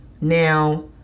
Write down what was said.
Now